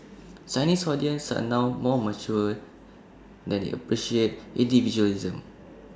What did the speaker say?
Chinese audience are now more mature and they appreciate individualism